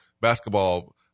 basketball